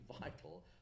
vital